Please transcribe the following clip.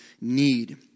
need